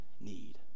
need